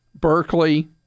Berkeley